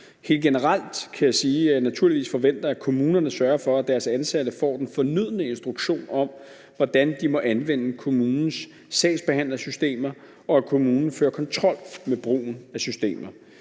naturligvis forventer, at kommunerne sørger for, at deres ansatte får den fornødne instruktion om, hvordan de må anvende kommunes sagsbehandlersystemer, og at kommunen fører kontrol ved brugen af systemerne.